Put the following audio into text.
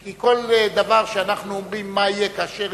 כי כל דבר שאנחנו אומרים מה יהיה כאשר